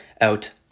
out